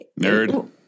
Nerd